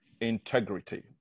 integrity